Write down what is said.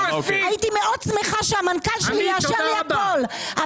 הייתי מאוד שמחה שהמנכ"ל שלי יאשר לי הכול.